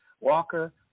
Walker